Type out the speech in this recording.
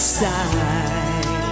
side